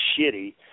shitty